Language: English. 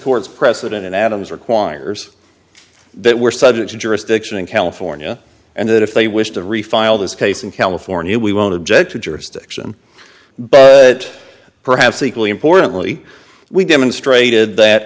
court's precedent in adams requires that we're subject to jurisdiction in california and that if they wish to refile this case in california we won't object to jurisdiction but perhaps equally importantly we demonstrated that